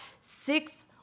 six